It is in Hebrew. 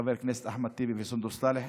לחברי הכנסת אחמד טיבי וסונדוס סאלח,